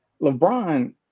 LeBron